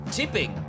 tipping